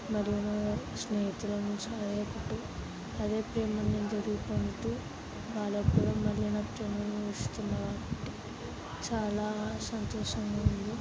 మరియు నా స్నేహితుల నుంచి అది ఒకటి అదే ప్రేమని నేను తిరిగి పొందుతూ వాళ్ళ ప్రేమను అనుభవిస్తున్నాను చాలా సంతోషంగా ఉంది